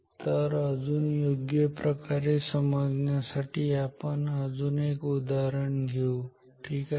तर अजून योग्य प्रकारे समजण्यासाठी आपण अजून एक उदाहरण घेऊ ठीक आहे